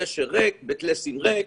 בית לסין ריק,